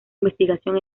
investigación